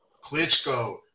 Klitschko